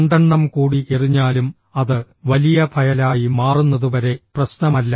രണ്ടെണ്ണം കൂടി എറിഞ്ഞാലും അത് വലിയ ഫയലായി മാറുന്നതുവരെ പ്രശ്നമല്ല